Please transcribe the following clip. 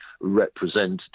representative